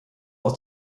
aus